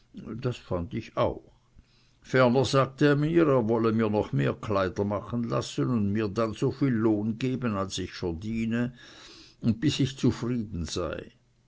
das fand ich auch ferner sagte er mir er wolle mir noch mehr kleider machen lassen und mir dann so viel lohn geben als ich verdiene und bis ich zufrieden sei